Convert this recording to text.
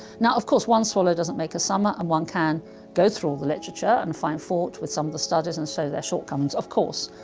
now of course one swallow doesn't make a summer and one can go through all the literature and find fault with some of the studies and show their shortcomings, of course.